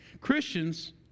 Christians